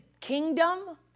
kingdom